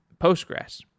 Postgres